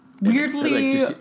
Weirdly